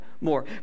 more